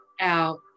out